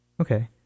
Okay